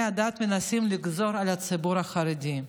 הדת מנסים לגזור על הציבור החרדי.